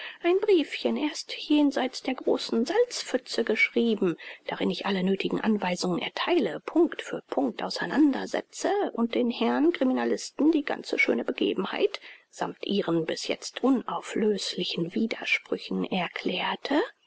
ein briefchen erst jenseits der großen salzpfütze geschrieben worin ich alle nöthigen nachweisungen ertheilte punct für punct auseinandersetzte und den herrn criminalisten die ganze schöne begebenheit sammt ihren bisjetzt unauflöslichen widersprüchen erklärte